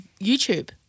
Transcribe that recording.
YouTube